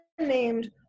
named